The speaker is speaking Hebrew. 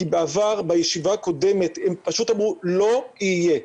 כי בעבר, בישיבה הקודמת הם פשוט אמרו 'לא יהיה'.